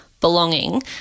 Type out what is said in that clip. belonging